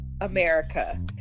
America